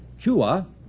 Chua